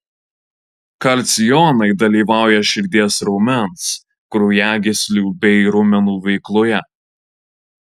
kalcio jonai dalyvauja širdies raumens kraujagyslių bei raumenų veikloje